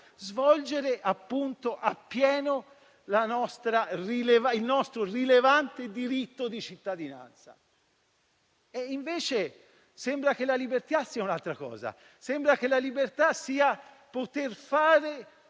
svolgendo appieno il nostro rilevante diritto di cittadinanza. Invece, sembra che la libertà sia un'altra cosa. Sembra che la libertà sia poter fare